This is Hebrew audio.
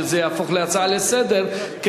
שזה יהפוך להצעה לסדר-היום,